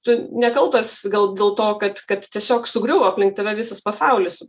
tu nekaltas gal dėl to kad kad tiesiog sugriuvo aplink tave visas pasaulis